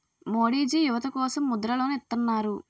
మోడీజీ యువత కోసం ముద్ర లోన్ ఇత్తన్నారు